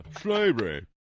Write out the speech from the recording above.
Slavery